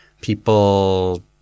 people –